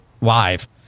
live